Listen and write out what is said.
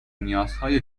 نیازهای